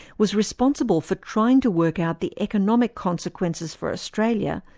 was responsible for trying to work out the economic consequences for australia,